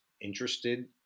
interested